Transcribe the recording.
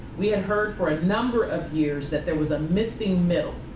we had heard for a number of years that there was a missing mil.